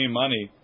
money